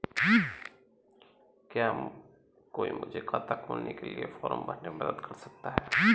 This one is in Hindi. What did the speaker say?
क्या कोई मुझे खाता खोलने के लिए फॉर्म भरने में मदद कर सकता है?